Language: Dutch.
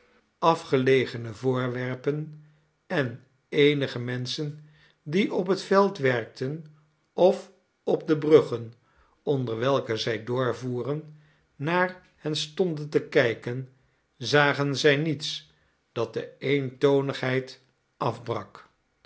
afgelegene voorwerpen en eenige menschen die op het veld werkten of op de bruggen onder welke zij doorvoeren naar hen stonden te kijken zagen zij niets dat de eentonigheid afbrak